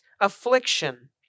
affliction